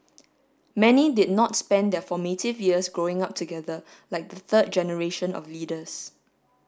many did not spend their formative years growing up together like the third generation of leaders